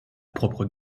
propre